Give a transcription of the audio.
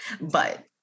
but-